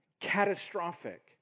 Catastrophic